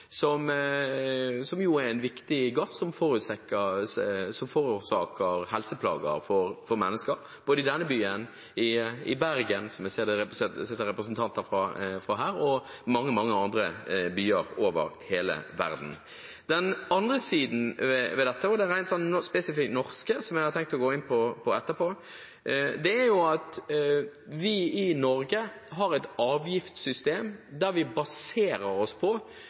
som er en viktig gass som forårsaker helseplager for mennesker, både i denne byen, i Bergen – som jeg ser det sitter representanter fra her – og i mange andre byer over hele verden. Den andre siden ved dette, og det rent spesifikt norske, som jeg har tenkt å gå inn på etterpå, er at vi i Norge har et avgiftssystem der vi baserer oss på